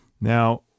Now